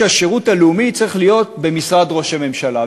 שהשירות הלאומי צריך להיות במשרד ראש הממשלה.